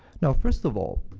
now, first of all,